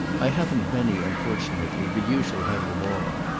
i haven't many, unfortunately, but you shall have them all.